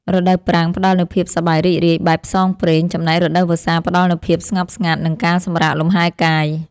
រដូវប្រាំងផ្តល់នូវភាពសប្បាយរីករាយបែបផ្សងព្រេងចំណែករដូវវស្សាផ្តល់នូវភាពស្ងប់ស្ងាត់ និងការសម្រាកលំហែកាយ។